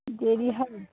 দেরি হবে